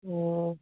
ꯑꯣ